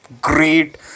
great